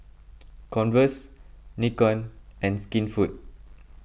Converse Nikon and Skinfood